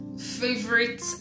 favorite